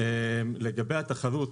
לגבי התחרות,